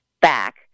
back